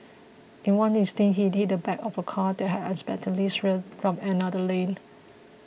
in one instance he hit the back of a car that had unexpectedly swerved from another lane